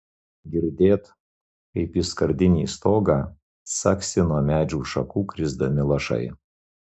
girdėt kaip į skardinį stogą caksi nuo medžių šakų krisdami lašai